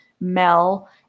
Mel